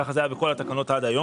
כך זה היה בכל התקנות עד היום.